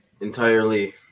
Entirely